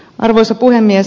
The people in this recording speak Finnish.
arvoisa puhemies